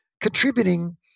contributing